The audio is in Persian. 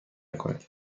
کنید